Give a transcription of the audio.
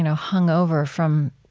you know hungover from